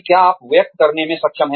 क्या आप व्यक्त करने में सक्षम हैं